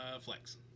flex